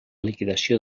liquidació